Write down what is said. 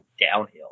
downhill